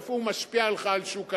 איפה הוא משפיע לך על שוק הנדל"ן?